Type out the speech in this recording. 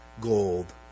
gold